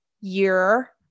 year